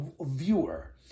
viewer